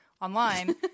Online